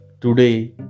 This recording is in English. today